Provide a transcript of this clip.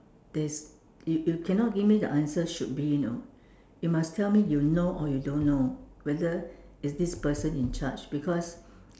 there's you you cannot give me the answer should be you know you must tell me you know or you don't know whether is this person in charge because